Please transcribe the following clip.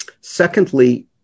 Secondly